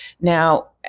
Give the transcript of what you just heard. Now